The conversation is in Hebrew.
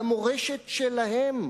למורשת שלהם,